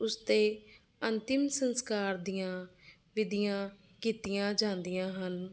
ਉਸ ਦੇ ਅੰਤਿਮ ਸੰਸਕਾਰ ਦੀਆਂ ਵਿਧੀਆਂ ਕੀਤੀਆਂ ਜਾਂਦੀਆਂ ਹਨ